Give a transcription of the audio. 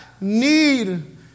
need